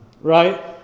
right